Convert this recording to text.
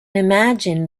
imagine